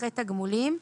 אחרי "תגמולים,"